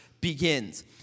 begins